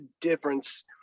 difference